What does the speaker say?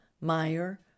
Meyer